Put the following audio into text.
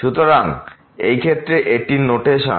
সুতরাং এই ক্ষেত্রে এটি নোটেশন